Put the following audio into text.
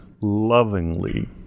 lovingly